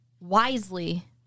wisely